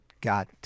Got